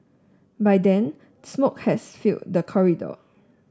by then smoke had filled the corridor